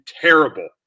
terrible